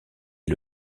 est